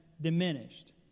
diminished